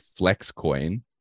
Flexcoin